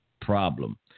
problem